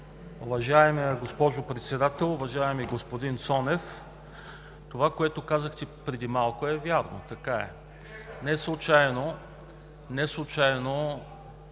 Уважаема госпожо Председател, уважаеми господин Цонев! Това, което казахте преди малко, е вярно. Така е. Неслучайно намекнах,